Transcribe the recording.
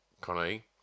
Connie